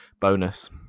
bonus